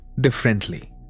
differently